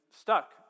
stuck